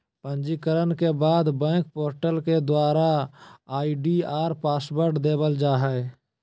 पंजीकरण के बाद बैंक पोर्टल के द्वारा आई.डी और पासवर्ड देवल जा हय